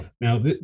Now